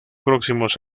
próximos